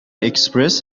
اکسپرس